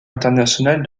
internationale